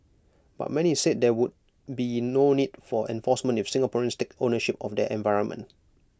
but many said there would be no need for enforcement if Singaporeans take ownership of their environment